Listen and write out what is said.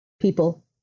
People